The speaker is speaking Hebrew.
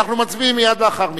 אנחנו מצביעים מייד לאחר מכן.